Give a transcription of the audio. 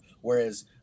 whereas